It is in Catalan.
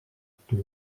actua